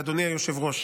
אדוני היושב-ראש.